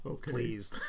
Please